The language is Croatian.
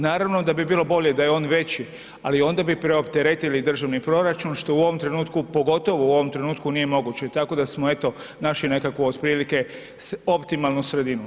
Naravno da bi bilo bolje da je on veći, ali onda bi preopteretili državni proračun što u ovo trenutku, pogotovo u ovom trenutku nije moguće, tako da smo eto našli nekakvu otprilike optimalnu sredinu.